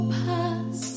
pass